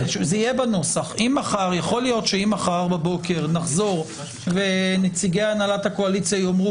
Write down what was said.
אם מחר בבוקר נחזור ונציגי הנהלת הקואליציה יאמרו